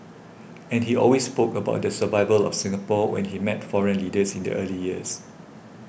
and he always spoke about the survival of Singapore when he met foreign leaders in the early years